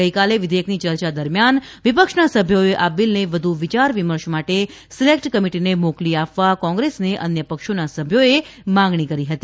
ગઇકાલે વિધેયકની ચર્ચા દરમિયાન વિપક્ષના સભ્યોએ આ બિલને વધુ વિયાર વિમર્શ માટે સિલેક્ટ કમિટીને મોકલી આપવા કોગ્રેસને અન્ય પક્ષોના સભ્યોએ માગણી કરી હતી